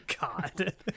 God